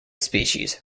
species